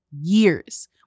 years